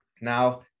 Now